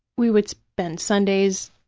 we would spend sundays,